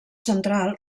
central